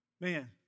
man